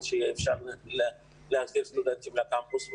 ושיהיה אפשר להזמין סטודנטים לקמפוס.